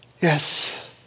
yes